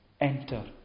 enter